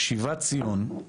"שיבת ציון,